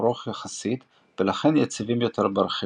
ארוך יחסית ולכן יציבים יותר ברכיבה.